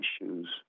issues